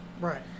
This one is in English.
Right